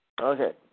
Okay